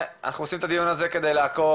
אנחנו עושים את הדיון הזה כדי לעקוב,